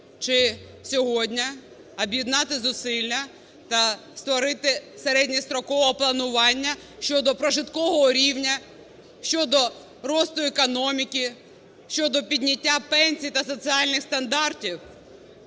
чи сьогодні об'єднати зусилля та створити середньострокове планування щодо прожиткового рівня, щодо росту економіки, щодо підняття пенсій та соціальних стандартів.